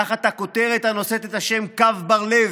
תחת הכותרת הנושאת את השם קו בר לב,